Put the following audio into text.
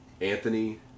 Anthony